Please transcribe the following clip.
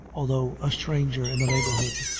although a stranger in the neighborhood.